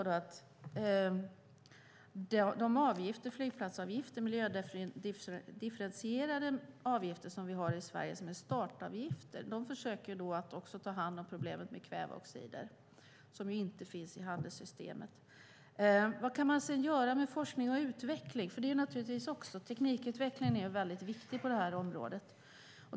De flygplatsavgifter, de miljödifferentierade avgifter, som vi har i Sverige som är startavgifter försöker också ta hand om problemet med kväveoxider som inte finns i handelssystemet. Vad kan man göra med forskning och utveckling? Teknikutvecklingen är väldigt viktig på detta område.